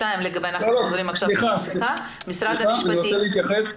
סליחה, אני רוצה להתייחס.